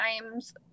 times